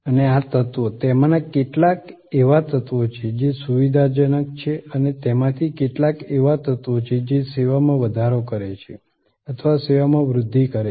અને આ તત્ત્વો તેમાંના કેટલાક એવા તત્વો છે જે સુવિધાજનક છે અને તેમાંથી કેટલાક એવા તત્વો છે જે સેવામાં વધારો કરે છે અથવા સેવામાં વૃધ્ધિ કરે છે